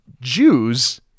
Jews